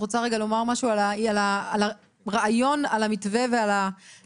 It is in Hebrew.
את רוצה לומר משהו על הרעיון שעומד מאחורי מתווה ימי